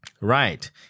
Right